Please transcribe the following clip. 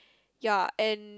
ya and